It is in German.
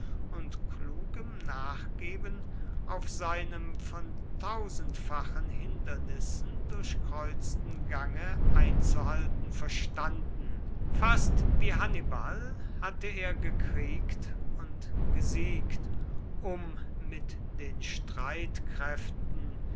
und klugem nachgeben auf seinem von tausendfachen hindernissen durchkreuzten gange einzuhalten verstanden fast wie hannibal hatte er gekriegt und gesiegt um mit den streitkräften